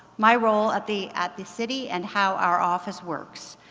my role at the at the city and how our office works.